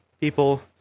people